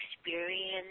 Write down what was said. experience